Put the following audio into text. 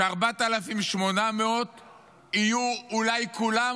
אז ש-4,800 יהיו אולי כולם,